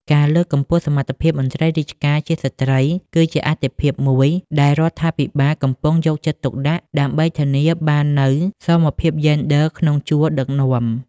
ការលើកកម្ពស់សមត្ថភាពមន្ត្រីរាជការជាស្ត្រី គឺជាអាទិភាពមួយដែលរដ្ឋាភិបាលកំពុងយកចិត្តទុកដាក់ ដើម្បីធានាបាននូវសមភាពយេនឌ័រក្នុងជួរដឹកនាំ។